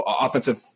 offensive